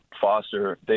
Foster